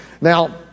Now